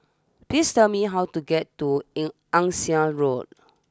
please tell me how to get to in Ann Siang Road